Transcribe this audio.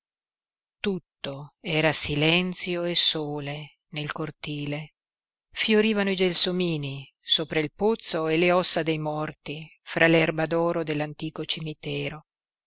tutto era silenzio e sole nel cortile fiorivano i gelsomini sopra il pozzo e le ossa dei morti fra l'erba d'oro dell'antico cimitero